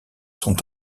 sont